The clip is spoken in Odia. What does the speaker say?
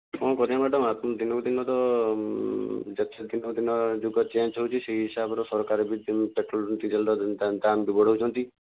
କ'ଣ କରିବା ମ୍ୟାଡ଼ାମ୍ ଆପଣ ଦିନକୁ ଦିନ ତ ଦିନକୁ ଦିନ ଯୁଗ ଚେଞ୍ଜ ହେଉଛି ସେହି ହିସାବରେ ସରକାର ପେଟ୍ରୋଲ ଡିଜେଲର ଦାମ୍ ବି ବଢ଼ାଉଛନ୍ତି